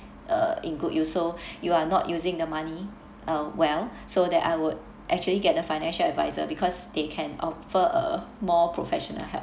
uh in good use so you are not using the money uh well so that I would actually get the financial adviser because they can offer a more professional help